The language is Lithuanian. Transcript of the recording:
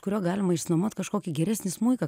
kurio galima išsinuomot kažkokį geresnį smuiką